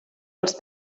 els